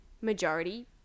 majority